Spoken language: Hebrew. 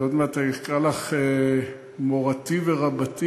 אני עוד מעט אקרא לך מורתי ורבתי,